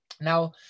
Now